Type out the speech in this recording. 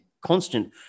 constant